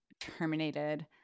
terminated